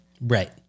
Right